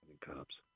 cops